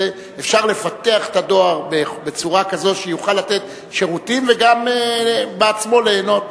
אפשר לפתח את הדואר בצורה כזאת שיוכל לתת שירותים וגם בעצמו ליהנות.